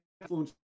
influence